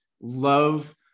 love